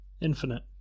Infinite